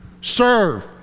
Serve